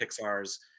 Pixar's